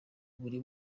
buri